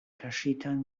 kaŝitan